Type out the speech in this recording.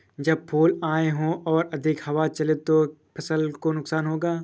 जब फूल आए हों और अधिक हवा चले तो फसल को नुकसान होगा?